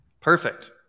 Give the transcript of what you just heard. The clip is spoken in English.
perfect